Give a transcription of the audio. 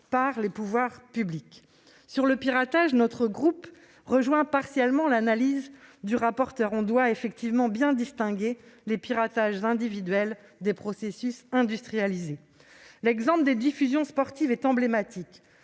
par les pouvoirs publics. S'agissant du piratage, notre groupe rejoint partiellement l'analyse du rapporteur : on doit bien distinguer les piratages individuels des processus industrialisés. L'exemple des diffusions sportives est emblématique.